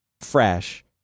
fresh